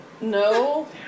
No